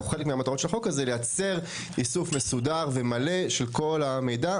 או חלק מהמטרות של החוק לייצר איסוף מסודר ומלא של כל המידע.